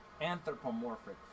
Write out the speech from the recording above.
Anthropomorphic